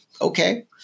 okay